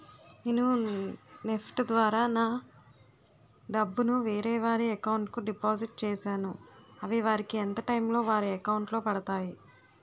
నేను నెఫ్ట్ ద్వారా నా డబ్బు ను వేరే వారి అకౌంట్ కు డిపాజిట్ చేశాను అవి వారికి ఎంత టైం లొ వారి అకౌంట్ లొ పడతాయి?